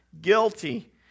guilty